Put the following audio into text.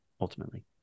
ultimately